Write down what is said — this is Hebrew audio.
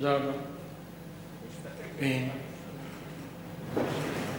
ולהסתפק בתשובת השר.